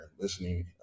listening